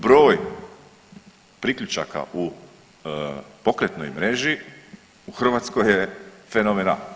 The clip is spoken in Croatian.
Broj priključaka u pokretnoj mreži u Hrvatskoj je fenomenalan.